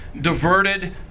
diverted